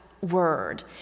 word